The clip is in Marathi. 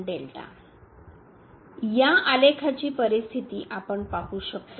या आलेखाची परिस्थिती आपण पाहू शकतो